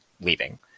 leaving